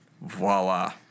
voila